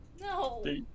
no